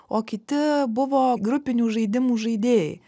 o kiti buvo grupinių žaidimų žaidėjai